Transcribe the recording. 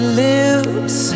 lips